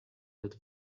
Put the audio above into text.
that